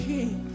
King